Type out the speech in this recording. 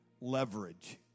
leverage